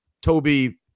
toby